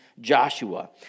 Joshua